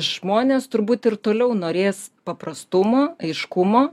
žmonės turbūt ir toliau norės paprastumo aiškumo